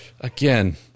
again